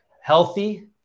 healthy